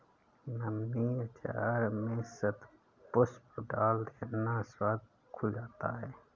mummy अचार में शतपुष्प डाल देना, स्वाद खुल जाता है